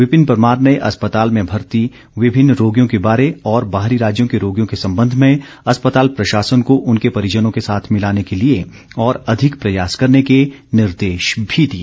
विपिन परमार ने अस्पताल में भर्ती विभिन्न रोगियों के बारे और बाहरी राज्यों के रोगियों के संबंध में अस्पताल प्रशासन को उनके परिजनों के साथ मिलाने के लिए और अधिक प्रयास करने के निर्देश भी दिए